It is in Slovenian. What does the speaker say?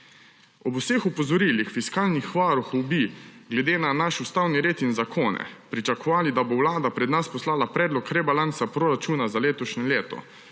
Ob vseh opozorilih fiskalnih varuhov bi glede na naš ustavni red in zakone pričakovali, da bo Vlada pred nas poslala predlog rebalansa proračuna za letošnje leto.